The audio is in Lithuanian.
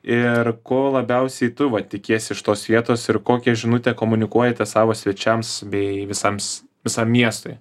ir ko labiausiai tu va tikiesi iš tos vietos ir kokią žinutę komunikuojate savo svečiams bei visams visam miestui